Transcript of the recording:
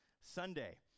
Sunday